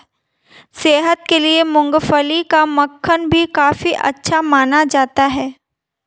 सेहत के लिए मूँगफली का मक्खन भी काफी अच्छा माना जाता है